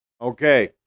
Okay